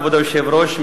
כבוד היושב-ראש,